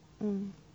嗯